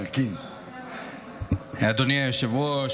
אדוני היושב-ראש,